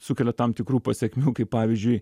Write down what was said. sukelia tam tikrų pasekmių kaip pavyzdžiui